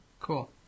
Cool